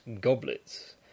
Goblets